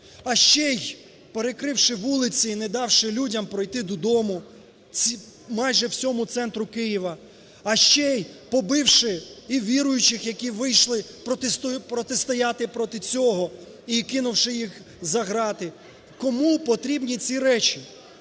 А ще й перекривши вулиці і не давши людям пройти додому, майже, всьому центру Києва, а ще й побивши і віруючих, які вийшли протистояти проти цього і кинувши їх за грати. Кому потрібні ці речі?